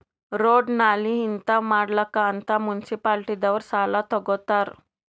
road, ನಾಲಿ ಹಿಂತಾವ್ ಮಾಡ್ಲಕ್ ಅಂತ್ ಮುನ್ಸಿಪಾಲಿಟಿದವ್ರು ಸಾಲಾ ತಗೊತ್ತಾರ್